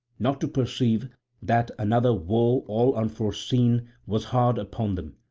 not to perceive that another woe all unforeseen was hard upon them.